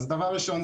אז דבר ראשון,